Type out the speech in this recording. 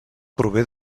prové